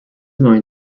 going